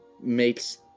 makes